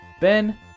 Ben